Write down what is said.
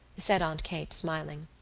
said aunt kate, smiling.